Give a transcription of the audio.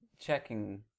checking